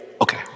Okay